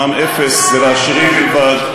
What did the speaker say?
מע"מ אפס זה לעשירים בלבד.